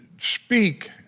speak